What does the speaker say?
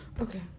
Okay